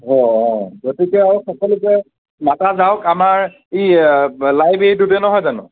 অ' হয় গতিকে আৰু সকলোকে মাতা যাওক আমাৰ ই লাইব্ৰেৰীটোতে নহয় জানো